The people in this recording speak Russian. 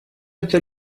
это